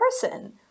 person